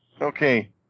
Okay